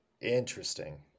Interesting